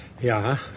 Ja